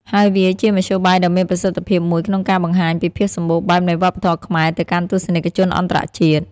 ហើយវាជាមធ្យោបាយដ៏មានប្រសិទ្ធភាពមួយក្នុងការបង្ហាញពីភាពសម្បូរបែបនៃវប្បធម៌ខ្មែរទៅកាន់ទស្សនិកជនអន្តរជាតិ។